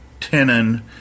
tenon